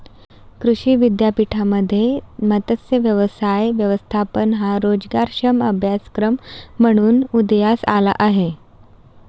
कृषी विद्यापीठांमध्ये मत्स्य व्यवसाय व्यवस्थापन हा रोजगारक्षम अभ्यासक्रम म्हणून उदयास आला आहे